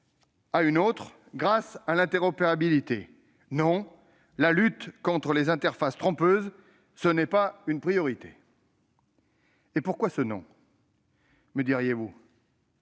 à une autre grâce à l'interopérabilité. Non, la lutte contre les interfaces trompeuses n'est pas une priorité. Pourquoi ce non, me direz-vous ?